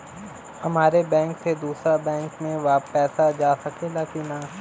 हमारे बैंक से दूसरा बैंक में पैसा जा सकेला की ना?